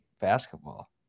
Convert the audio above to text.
basketball